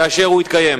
כאשר הוא יתקיים.